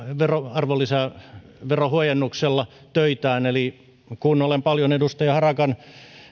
arvonlisäverohuojennuksella töitään eli kun olen paljon edustaja harakan